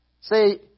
See